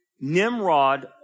Nimrod